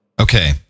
Okay